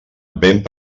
vent